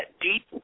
deep